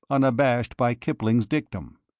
unabashed by kipling's dictum.